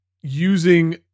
using